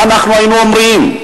מה היינו אומרים?